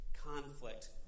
conflict